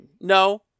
No